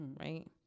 right